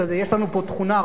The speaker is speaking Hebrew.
יש לנו פה תכונה,